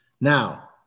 Now